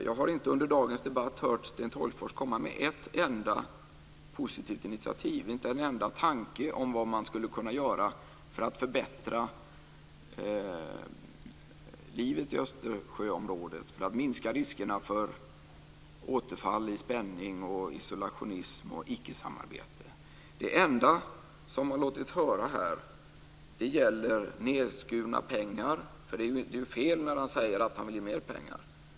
Jag har inte under dagens debatt hört Sten Tolgfors komma med ett enda positivt initiativ, inte en enda tanke om vad man skulle kunna göra för att förbättra livet i Östersjöområdet för att minska riskerna för återfall i spänning, isolationism och ickesamarbete. Det enda som har låtit höra sig här gäller nedskurna pengar. Det är ju fel när Sten Tolgfors säger att han vill ge mer pengar.